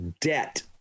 debt